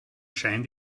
scheint